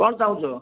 କ'ଣ ଚାହୁଁଛ